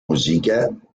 musiker